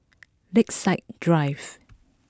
Lakeside Drive